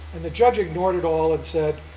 and the judge ignored it all and said,